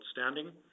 outstanding